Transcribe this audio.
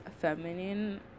feminine